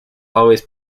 always